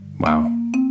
Wow